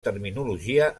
terminologia